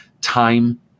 time